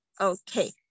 Okay